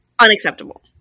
unacceptable